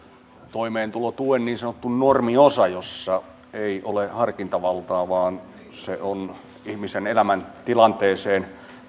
puhemies toimeentulotuen niin sanottu normiosa jossa ei ole harkintavaltaa vaan se on ihmisen elämäntilanteeseen